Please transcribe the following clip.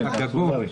כן.